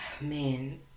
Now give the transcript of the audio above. man